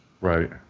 Right